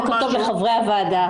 בוקר טוב לחברי הוועדה.